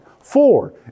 Four